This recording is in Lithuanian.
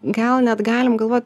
gal net galim galvot